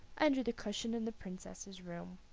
under the cushion in the princess's room.